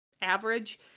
average